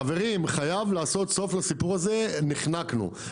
חברים, חייבים לעשות סוף לסיפור הזה, נחנקנו.